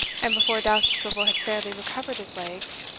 and before dousterswivel had fairly recovered his legs,